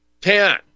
Ten